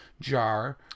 jar